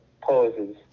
poses